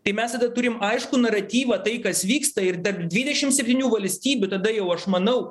tai mes tada turim aiškų naratyvą tai kas vyksta ir tarp dvidešim septynių valstybių tada jau aš manau